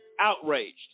outraged